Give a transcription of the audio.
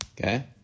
okay